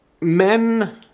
men